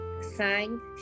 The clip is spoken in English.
sang